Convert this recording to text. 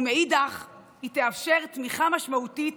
ומאידך גיסא היא תאפשר תמיכה משמעותית